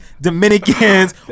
Dominicans